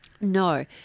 No